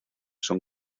son